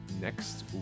next